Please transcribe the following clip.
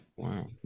Wow